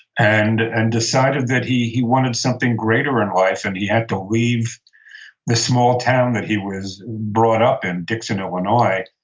and and decided that he he wanted something greater in life. and he had to leave the small town that he was brought up in, dixon, illinois,